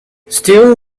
still